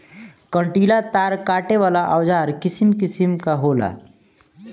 कंटीला तार काटे वाला औज़ार किसिम किसिम कअ होला